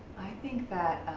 think that